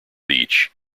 beach